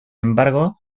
embargo